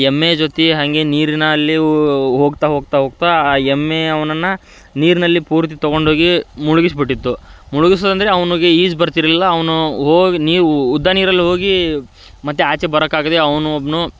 ಎಮ್ಮೆ ಜೊತೆ ಹಾಗೆ ನೀರಿನಲ್ಲಿ ಹೋಗ್ತಾ ಹೋಗ್ತಾ ಹೋಗ್ತಾ ಆ ಎಮ್ಮೆ ಅವ್ನನ್ನು ನೀರಿನಲ್ಲಿ ಪೂರ್ತಿ ತೊಗೊಂಡ್ಹೋಗಿ ಮುಳಗಿಸಿಬಿಟ್ಟಿತ್ತು ಮುಳುಗಿಸೋದಂದರೆ ಅವ್ನಿಗೆ ಈಜು ಬರ್ತಿರಲಿಲ್ಲ ಅವನು ಹೋಗಿ ನೀ ಉ ಉದ್ದ ನೀರಲ್ಲಿ ಹೋಗಿ ಮತ್ತು ಆಚೆ ಬರೋಕಾಗ್ದೆೆ ಅವನು ಒಬ್ಬ